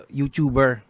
youtuber